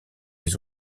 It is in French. les